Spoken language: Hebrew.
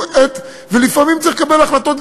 ולפעמים צריך לקבל החלטות,